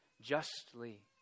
justly